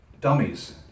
dummies